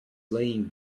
laying